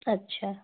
ਅੱਛਾ